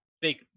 big